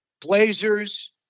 Blazers